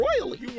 royally